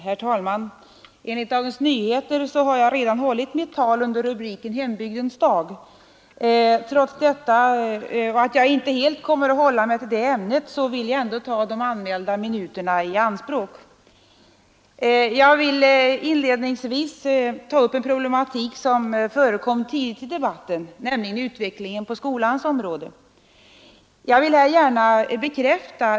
Herr talman! E enligt Dagens Nyheter har jag redan här hållit ett anförande under rubriken Hembygdens dag. Trots detta och trots att jag inte enbart kommer att tala om det ämnet, vill jag ändå ta de anmälda minuterna i anspråk. Inledningsvis vill jag ta upp en problematik som förekommit här i debatten, nämligen utvecklingen på skolans område.